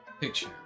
picture